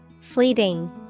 fleeting